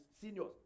seniors